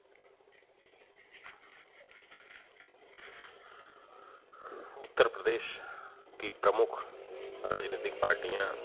उत्तरप्रदेश की प्रमुख राजनीतिक पार्टियाँ